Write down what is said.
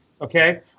okay